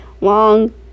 long